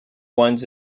ones